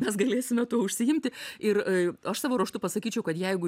mes galėsime tuo užsiimti ir aš savo ruožtu pasakyčiau kad jeigu